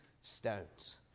stones